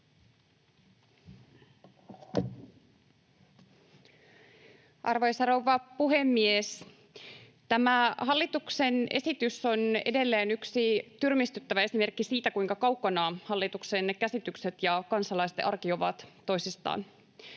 Arvoisa rouva puhemies! Tämä hallituksen esitys on edelleen yksi tyrmistyttävä esimerkki siitä, kuinka kaukana hallituksen käsitykset ja kansalaisten arki ovat toisistaan.